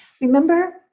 Remember